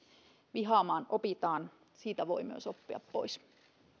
vihaamaan opitaan siitä voi myös oppia pois sitten